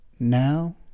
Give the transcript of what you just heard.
Now